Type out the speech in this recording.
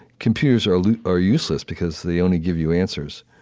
computers are are useless, because they only give you answers.